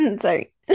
sorry